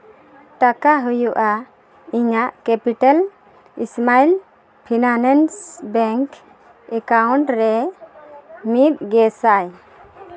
ᱴᱟᱠᱟ ᱦᱩᱭᱩᱜᱼᱟ ᱤᱧᱟᱹᱜ capital small finance bank account ᱨᱮ ᱢᱤᱫ ᱜᱮᱥᱟᱭ